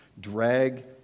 drag